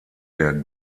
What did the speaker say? der